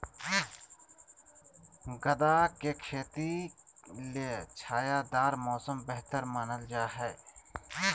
गदा के खेती ले छायादार मौसम बेहतर मानल जा हय